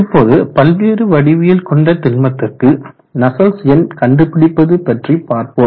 இப்பொழுது பல்வேறு வடிவியல் கொண்ட திண்மத்திற்கு நஸ்சல்ட்ஸ் எண் கண்டுபிடிப்பது பற்றி பார்ப்போம்